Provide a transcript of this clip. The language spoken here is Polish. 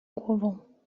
głową